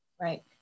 Right